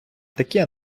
таке